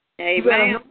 Amen